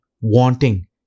wanting